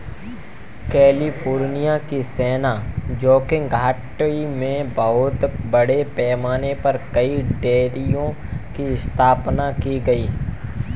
California की San Joaquin घाटी में बहुत बड़े पैमाने पर कई डेयरियों की स्थापना की गई है